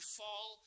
fall